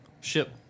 ship